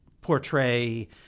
portray